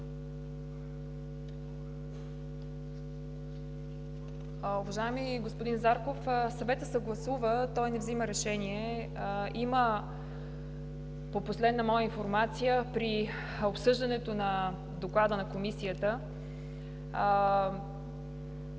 Уважаеми господин Зарков, Съветът съгласува, той не взима решение. По моя последна информация при обсъждането на Доклада на Комисията